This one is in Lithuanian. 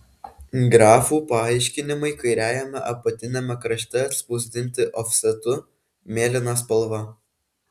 grafų paaiškinimai kairiajame apatiniame krašte atspausdinti ofsetu mėlyna spalva